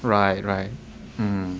right right